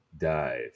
dive